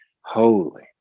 holy